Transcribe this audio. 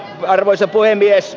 arvoisa puhemies